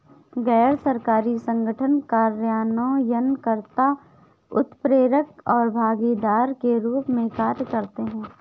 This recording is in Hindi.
गैर सरकारी संगठन कार्यान्वयन कर्ता, उत्प्रेरक और भागीदार के रूप में कार्य करते हैं